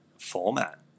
format